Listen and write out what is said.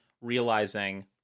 realizing